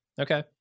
Okay